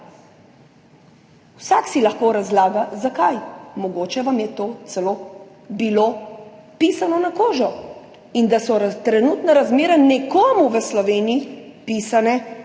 Vsak si lahko razlaga, zakaj. Mogoče vam je to celo bilo pisano na kožo in so trenutne razmere nekomu v Sloveniji pisane na kožo,